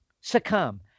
succumb